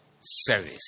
service